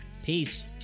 Peace